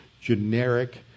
generic